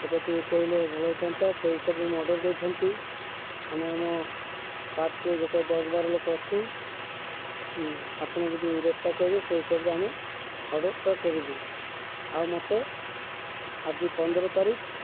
ଏଇଟା ଟିକେ କହିଲେ ଭଲ ହେଇଥାନ୍ତା ସେହି ହିସାବରେ ମୁଁ ଅର୍ଡ଼ର ଦେଇଥାନ୍ତି ଆମେ ଆମ ପାର୍ଟିରେ ଗୋଟେ ଦଶ ବାର ଲୋକ ଅଛୁ ଆପଣ ଯଦି ରେଟ୍ଟା କହିବେ ସେହି ହିସାବରେ ଆମେ ଅର୍ଡ଼ରଟା କରିବୁ ଆଉ ମୋତେ ଆଜି ପନ୍ଦର ତାରିଖ